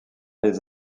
les